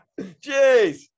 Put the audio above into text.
jeez